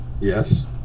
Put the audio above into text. Yes